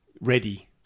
ready